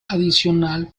adicional